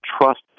trust